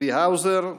צבי האוזר.